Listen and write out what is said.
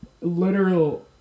literal